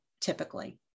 typically